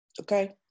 Okay